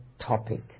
topic